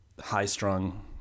high-strung